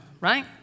Right